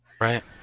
Right